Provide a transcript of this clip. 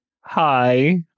hi